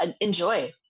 enjoy